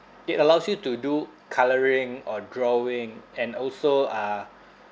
it allows you to do colouring or drawing and also uh